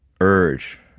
urge